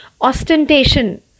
ostentation